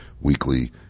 Weekly